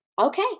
okay